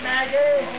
Maggie